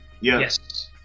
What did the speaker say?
Yes